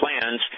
plans